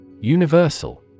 Universal